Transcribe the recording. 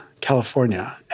California